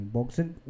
Boxing